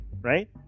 right